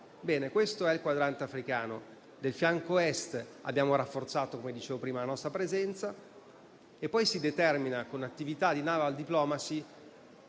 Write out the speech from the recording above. Questo è il quadrante africano. Nel fianco Est abbiamo rafforzato la nostra presenza, come dicevo prima, poi si determina, con attività di *naval diplomacy*,